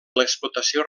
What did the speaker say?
l’explotació